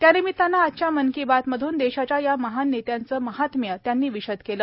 त्यानिमित्तानं आजच्या मन की बात मधून देशाच्या या महान नेत्यांचं माहात्म्य त्यांनी विषद केलं